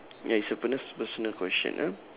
ya it's a bonus personal question ah